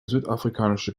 südafrikanische